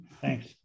Thanks